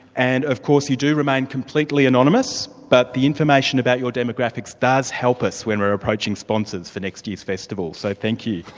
and of course you do remain completely anonymous, but the information about your demographics does help us when we're approaching sponsors for next year's festival. so, thank you.